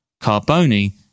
Carboni